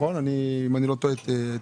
אם איני טועה.